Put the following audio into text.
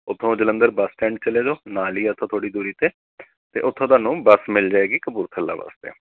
ਉੱਥੋਂ Jalandhar bus stand ਚਲੇ ਜਾਓ ਨਾਲ ਹੀ ਹੈ ਉੱਥੋਂ ਥੋੜ੍ਹੀ ਦੂਰੀ 'ਤੇ ਅਤੇ ਉੱਥੋਂ ਤੁਹਾਨੂੰ ਬੱਸ ਮਿਲ ਜਾਵੇਗੀ ਕਪੂਰਥਲਾ ਵਾਸਤੇ